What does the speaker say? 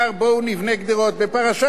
בפרשת השבוע הקרובה,